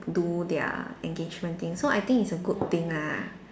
do their engagement thing so I think it's a good thing ah